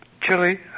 chili